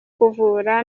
kuvura